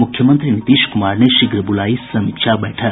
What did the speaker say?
मुख्यमंत्री नीतीश कुमार ने शीघ्र बुलाई समीक्षा बैठक